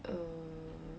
err